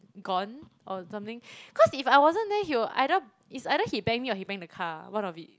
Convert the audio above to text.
gone or something cause if I wasn't there he will either is either he bang me or he bang the car one of it